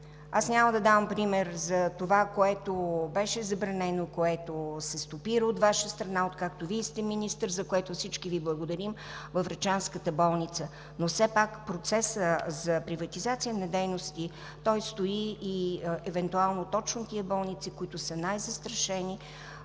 Няма да давам пример за това което беше забранено, което се стопира от Ваша страна, откакто Вие сте министър, за което всички Ви благодарим, във Врачанската болница. Все пак процесът за приватизация на дейности – той стои и евентуално точно в тези болници, които са най-застрашени,